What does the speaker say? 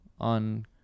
on